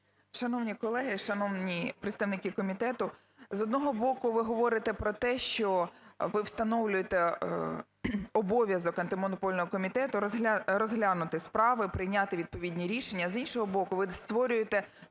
Шановні колеги, шановні представники комітету, з одного боку, ви говорите про те, що ви встановлюєте обов'язок Антимонопольного комітету розглянути справи, прийняти відповідні рішення, з іншого боку, ви створюєте